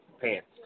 pants